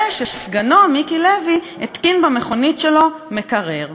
ושסגנו מיקי לוי התקין במכונית שלו מקרר.